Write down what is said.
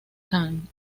kan